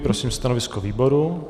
Prosím stanovisko výboru.